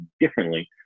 differently